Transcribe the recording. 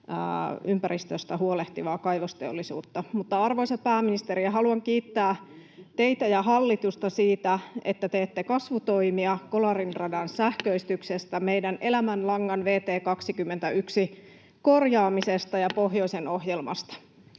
ympäristöstä huolehtivaa kaivosteollisuutta. Arvoisa pääministeri, haluan kiittää teitä ja hallitusta siitä, että teette kasvutoimia, Kolarin radan sähköistyksestä, meidän elämänlankamme, vt 21:n, korjaamisesta